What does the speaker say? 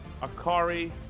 Akari